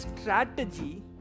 strategy